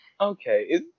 okay